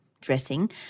dressing